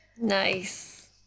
Nice